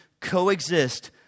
coexist